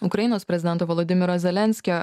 ukrainos prezidento volodymyro zelenskio